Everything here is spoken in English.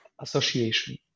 association